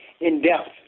in-depth